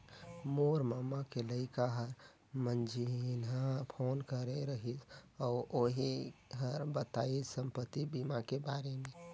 मोर ममा के लइका हर मंझिन्हा फोन करे रहिस अउ ओही हर बताइस संपति बीमा के बारे मे